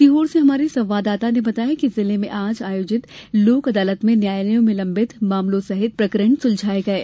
सीहोर से हमारे संवाददाता ने बताया है कि जिले में आज आयोजित लोक अदालतों में न्यायालयों में लंबित मामलों सहित कई प्रकरण सुलझाये गये